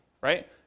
right